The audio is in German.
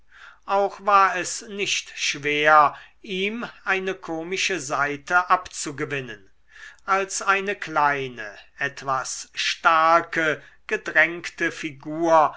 auch war es nicht schwer ihm eine komische seite abzugewinnen als eine kleine etwas starke gedrängte figur